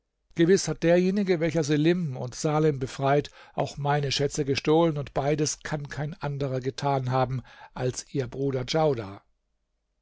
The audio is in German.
gewiß hat derjenige welcher selim und salem befreit auch meine schätze gestohlen und beides kann kein anderer getan haben als ihr bruder